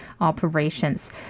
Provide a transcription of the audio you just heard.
operations